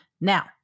Now